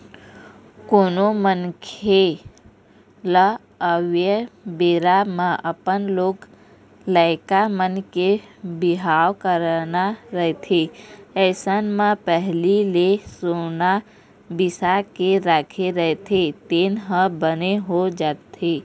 कोनो मनखे लअवइया बेरा म अपन लोग लइका मन के बिहाव करना रहिथे अइसन म पहिली ले सोना बिसा के राखे रहिथे तेन ह बने हो जाथे